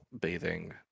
bathing